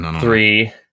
Three